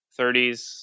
30s